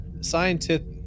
scientific